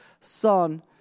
son